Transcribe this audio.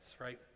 right